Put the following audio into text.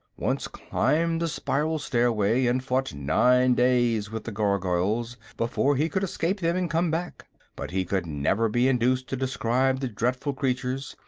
once climbed the spiral stairway and fought nine days with the gargoyles before he could escape them and come back but he could never be induced to describe the dreadful creatures,